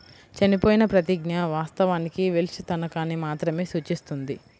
చనిపోయిన ప్రతిజ్ఞ, వాస్తవానికి వెల్ష్ తనఖాని మాత్రమే సూచిస్తుంది